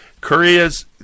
Korea's